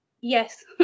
Yes